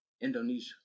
Indonesia